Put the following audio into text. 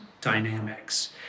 dynamics